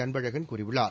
அன்பழகன் கூறியுள்ளார்